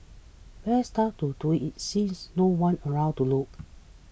best time to do it since no one's around to look